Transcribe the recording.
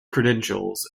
credentials